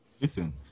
Listen